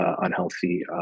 unhealthy